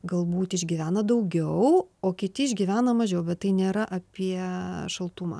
galbūt išgyvena daugiau o kiti išgyvena mažiau bet tai nėra apie šaltumą